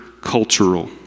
cultural